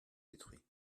détruit